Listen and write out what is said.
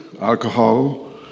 alcohol